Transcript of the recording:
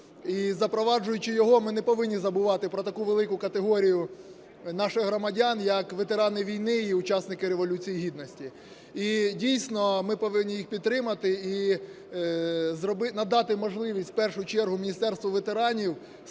І запроваджуючи його, ми не повинні забувати про таку велику категорію наших громадян, як ветерани війни і учасники Революції Гідності. І дійсно ми повинні їх підтримати і зробити надати можливість в першу чергу Міністерству ветеранів спростити